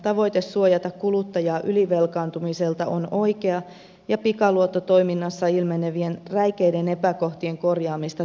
tavoite suojata kuluttajaa ylivelkaantumiselta on oikea ja pikaluottotoiminnassa ilmenevien räikeiden epäkohtien korjaamista tulee kiirehtiä